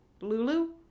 Lulu